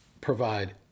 provide